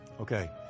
Okay